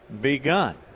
begun